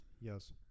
Yes